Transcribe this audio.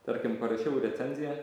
tarkim parašiau recenziją